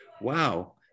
Wow